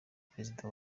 perezida